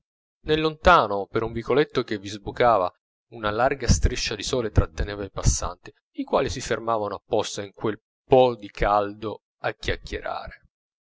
nel lontano per un vicoletto che vi sbucava una larga striscia di sole tratteneva i passanti i quali si fermavano apposta in quel po di caldo a chiacchierare